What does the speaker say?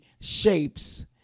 shapes